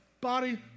body